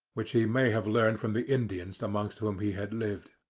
which he may have learned from the indians amongst whom he had lived.